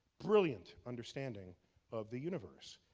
brilliant understanding of the universe.